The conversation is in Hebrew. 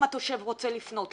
אם התושב רוצה לפנות,